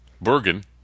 Bergen